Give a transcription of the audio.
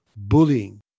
bullying